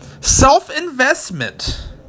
self-investment